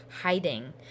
hiding